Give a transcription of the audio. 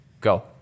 Go